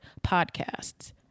podcasts